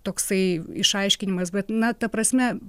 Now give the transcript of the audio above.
toksai išaiškinimas bet na ta prasme